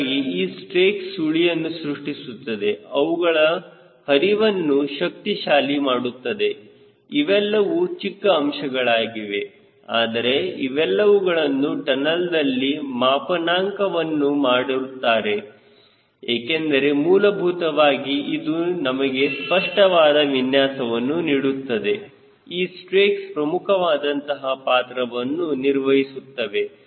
ಹೀಗಾಗಿ ಈ ಸ್ಟ್ರೇಕ್ಸ್ ಸುಳಿಯನ್ನು ಸೃಷ್ಟಿಸುತ್ತವೆ ಅವುಗಳು ಹರಿತವನ್ನು ಶಕ್ತಿಶಾಲಿ ಮಾಡುತ್ತದೆ ಇವೆಲ್ಲವೂ ಚಿಕ್ಕ ಅಂಶಗಳಾಗಿವೆ ಆದರೆ ಇವೆಲ್ಲವುಗಳನ್ನು ಟನಲ್ದಲ್ಲಿ ಮಾಪನಾಂಕ ವನ್ನು ಮಾಡುತ್ತಾರೆ ಏಕೆಂದರೆ ಮೂಲಭೂತವಾಗಿ ಇದು ನಮಗೆ ಸ್ಪಷ್ಟವಾದ ವಿನ್ಯಾಸವನ್ನು ನೀಡುತ್ತದೆ ಈ ಸ್ಟ್ರೇಕ್ಸ್ ಪ್ರಮುಖವಾದಂತಹ ಪಾತ್ರವನ್ನು ನಿರ್ವಹಿಸುತ್ತವೆ